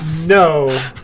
no